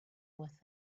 with